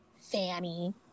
Fanny